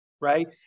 right